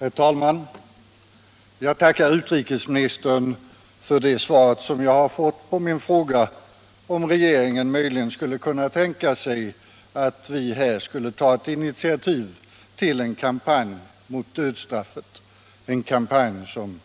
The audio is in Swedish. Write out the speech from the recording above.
Herr talman! Jag tackar utrikesministern för det svar som jag har fått på min fråga om regeringen möjligen skulle kunna tänka sig att vårt land tog ett initiativ till en kampanj mot dödsstraffet, en kampanj som